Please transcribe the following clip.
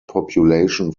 population